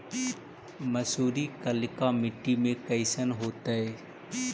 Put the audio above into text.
मसुरी कलिका मट्टी में कईसन होतै?